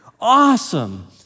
Awesome